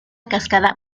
cascada